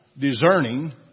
discerning